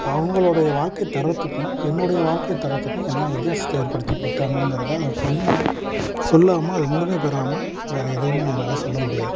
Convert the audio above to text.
அவங்களுடைய வாழ்க்கைத் தரத்துக்கும் என்னுடைய வாழ்க்கைத் தரத்துக்கும் என்ன வித்தியாசத்தை ஏற்படுத்தி கொடுத்தாங்கங்கிறத சொல் சொல்லாமல் அது முழுமை பெறாமல் வேறு எதையுமே என்னால் சொல்லமுடியாது